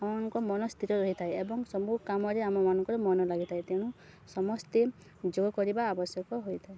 ଆମମାନଙ୍କ ମନ ସ୍ଥିର ରହିଥାଏ ଏବଂ ସବୁ କାମରେ ଆମ ମାନଙ୍କର ମନ ଲାଗିଥାଏ ତେଣୁ ସମସ୍ତେ ଯୋଗ କରିବା ଆବଶ୍ୟକ ହୋଇଥାଏ